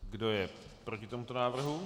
Kdo je proti tomuto návrhu?